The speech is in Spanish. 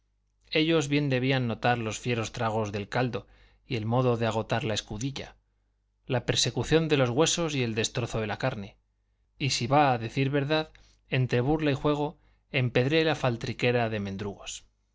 ellos bien debían notar los fieros tragos del caldo y el modo de agotar la escudilla la persecución de los huesos y el destrozo de la carne y si va a decir verdad entre burla y juego empedré la faltriquera de mendrugos